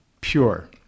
pure